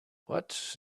what